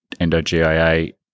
endogia